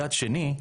מצד שני,